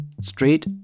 Straight